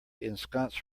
ensconce